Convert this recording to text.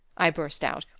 i burst out,